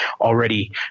already